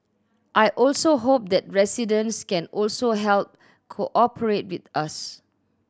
I also hope that residents can also help cooperate with us